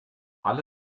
alle